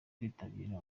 kwitabira